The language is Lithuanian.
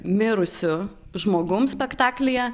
mirusiu žmogum spektaklyje